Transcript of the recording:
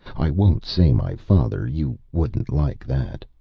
i won't say my father you wouldn't like that.